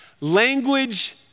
language